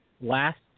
last